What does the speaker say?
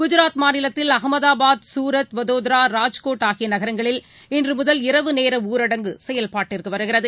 குஜாத் மாநிலத்தில் அஹமதாபாத் சூரத் வதோதரா ராஜ்கோட் ஆகியநகரங்களில் இன்றுமுதல் இரவு நேரஊரடங்கு செயல்பாட்டுக்குவருகிறது